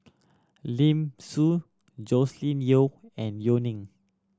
Lim Soo Joscelin Yeo and Yeo Ning